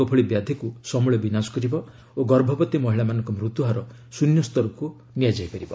ଗ ଭଳି ବ୍ୟାଧକୁ ସମ୍ଭଳେ ବିନାଶ କରିବ ଓ ଗର୍ଭବତୀ ମହିଳାମାନଙ୍କ ମୃତ୍ୟୁହାର ଶ୍ରନ୍ୟସ୍ତରକୁ ନିଆଯାଇପାରିବ